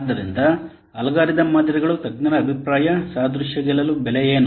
ಆದ್ದರಿಂದ ಅಲ್ಗಾರಿದಮ್ ಮಾದರಿಗಳು ತಜ್ಞರ ಅಭಿಪ್ರಾಯ ಸಾದೃಶ್ಯ ಗೆಲ್ಲಲು ಬೆಲೆ ಏನು